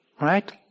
right